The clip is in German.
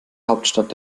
hauptstadt